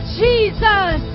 jesus